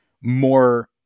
more